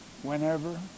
Whenever